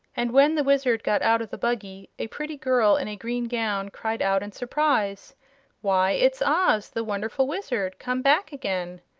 and when the wizard got out of the buggy a pretty girl in a green gown cried out in surprise why, it's oz, the wonderful wizard, come back again!